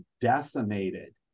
decimated